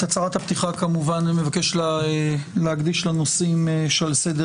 את הצהרת הפתיחה אני מבקש להקדיש לנושאים שעל סדר